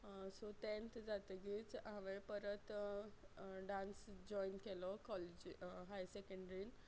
so तँत जातगीच हांवें परत डान्स जॉयन केलो कॉलेजी हायर सॅकँड्रीन